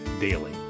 Daily